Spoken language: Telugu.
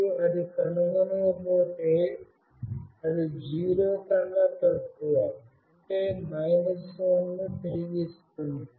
మరియు అది కనుగొనకపోతే అది 0 కన్నా తక్కువ అంటే మైనస్ 1 ను తిరిగి ఇస్తుంది